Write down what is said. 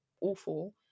awful